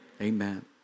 Amen